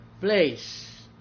place